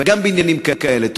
גם בעניינים כאלה.